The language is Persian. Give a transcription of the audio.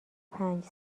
پنج